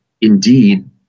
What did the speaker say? indeed